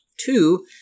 Two